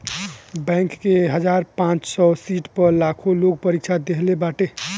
bank के हजार पांच सौ सीट पअ लाखो लोग परीक्षा देहले बाटे